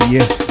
Yes